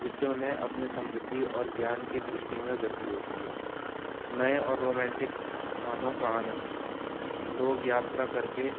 जिससे उन्हें अपने समृद्धि और ज्ञान की दृष्टि में वृद्धि होती है नए और रोमांटिक स्थानों का आनंद लोग यात्रा कर के